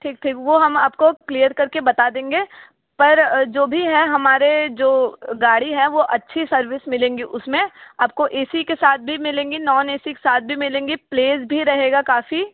ठीक ठीक वो हम आपको क्लियर कर के बता देंगे पर जो भी है हमारे जो गाड़ी है वो अच्छी सर्विस मिलेंगी उस में आपको ए सी के साथ भी मिलेगी नौन ए सी के साथ भी मिलेगी प्लेस भी रहेगी काफ़ी